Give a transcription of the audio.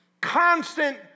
constant